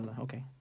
Okay